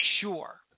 sure